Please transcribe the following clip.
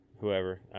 whoever